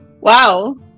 Wow